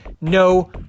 no